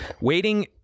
Waiting